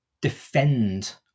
defend